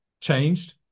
changed